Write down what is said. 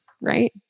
Right